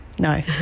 No